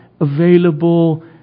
available